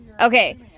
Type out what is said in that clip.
Okay